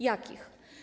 Jakich?